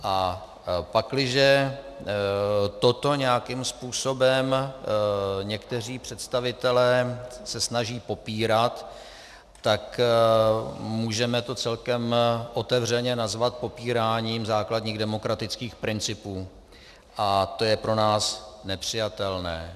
A pakliže toto nějakým způsobem někteří představitelé se snaží popírat, tak můžeme to celkem otevřeně nazvat popíráním základních demokratických principů a to je pro nás nepřijatelné.